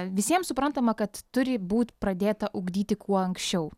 visiems suprantama kad turi būt pradėta ugdyti kuo anksčiau